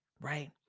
right